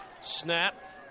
Snap